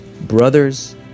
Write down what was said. brothers